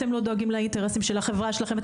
אתם לא דואגים לאינטרסים של החברה שלכם,